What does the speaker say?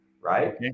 right